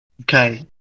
okay